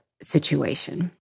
situation